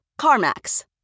CarMax